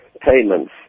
payments